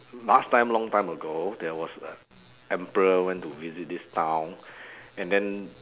last time long time ago there was a emperor went to visit this town and then